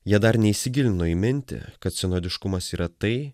jie dar neįsigilino į mintį kad senodiškumas yra tai